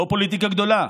לא פוליטיקה גדולה,